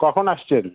কখন আসছেন